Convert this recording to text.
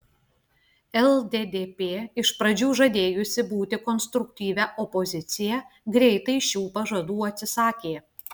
lddp iš pradžių žadėjusi būti konstruktyvia opozicija greitai šių pažadų atsisakė